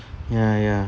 ya ya